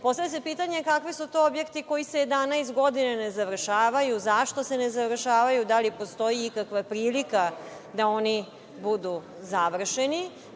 itd. Postavlja se pitanje kakvi su to objekti koji se 11 godina ne završavaju, zašto se ne završavaju, da li postoji ikakva prilika da oni budu završeni?